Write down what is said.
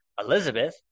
Elizabeth